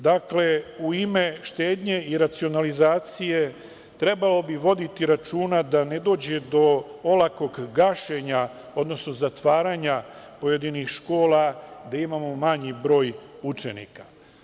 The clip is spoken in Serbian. Dakle, u ime štednje i racionalizacije trebalo vi voditi računa da ne dođe do olakog gašenja, odnosno zatvaranja pojedinih škola gde imamo manji broj učenika.